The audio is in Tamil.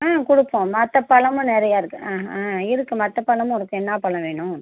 ஆ கொடுப்போம் மற்ற பழமும் நெறைய இருக்கு ஆ இருக்கு மற்ற பழமும் இருக்கு என்ன பழம் வேணும்